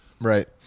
right